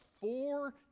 four